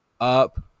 up